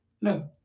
No